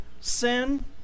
sin